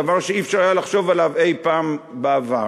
דבר שלא היה אפשר לחשוב עליו אי-פעם בעבר.